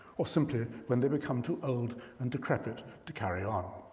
or simply when they become too old and decrepit to carry on.